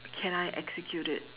can I execute it